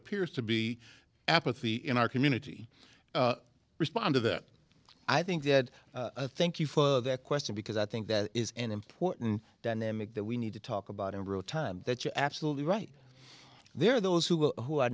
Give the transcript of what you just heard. appears to be apathy in our community respond to that i think that thank you for that question because i think that is an important down that we need to talk about in real time that you're absolutely right there are those who who are